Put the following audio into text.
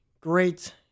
great